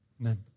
Amen